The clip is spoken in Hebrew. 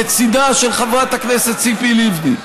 לצידה של חברת הכנסת ציפי לבני.